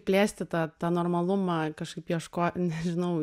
plėsti tą tą normalumą kažkaip ieško nežinau